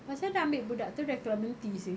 pasal dia ambil budak tu dari clementi seh